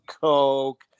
coke